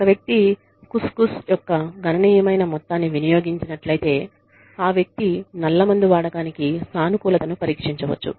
ఒక వ్యక్తి ఖుస్ ఖుస్ యొక్క గణనీయమైన మొత్తాన్ని వినియోగించినట్లయితే ఆ వ్యక్తి నల్లమందు వాడకానికి సానుకూలతను పరీక్షించవచ్చు